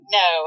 no